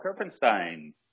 Kerpenstein